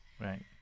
Right